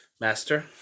Master